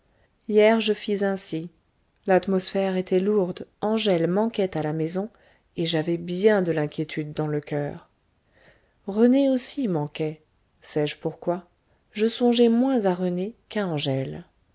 hier je fis ainsi l'atmosphère était lourde angèle manquait à la maison et j'avais bien de l'inquiétude dans le coeur rené aussi manquait sais-je pourquoi je songeais moins à rené qu'à angèle